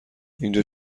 اینجا